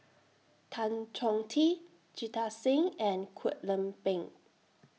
Tan Chong Tee Jita Singh and Kwek Leng Beng